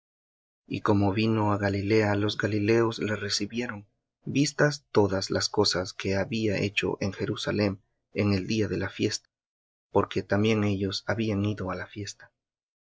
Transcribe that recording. y como vino á galilea los galileos le recibieron vistas todas las cosas que había hecho en jerusalem en el día de la fiesta porque también ellos habían ido á la fiesta